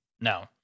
no